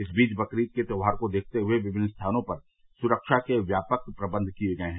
इस बीच बकरीद के त्योहार को देखते हुए विभिन्न स्थानों पर सुरक्षा के व्यापक प्रबंध किए गये हैं